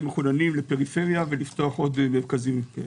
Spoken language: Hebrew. למחוננים בפריפריה ולפתוח עוד מרכזים כאלה.